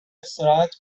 استراحت